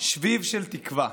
שביב של תקווה,